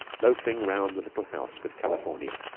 loafing round the little house with california,